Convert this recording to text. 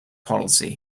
policy